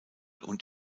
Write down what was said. und